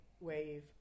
Wave